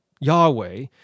Yahweh